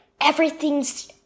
everything's